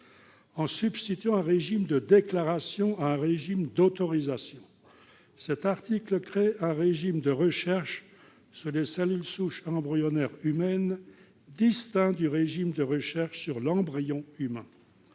En substituant un régime de déclaration à un régime d'autorisation, cet article crée un régime de recherche, sur les cellules souches embryonnaires humaines, qui soit distinct du régime de recherche sur l'embryon humain.